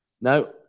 No